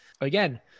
again